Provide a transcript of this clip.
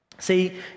See